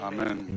Amen